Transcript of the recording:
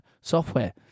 software